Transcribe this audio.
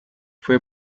fue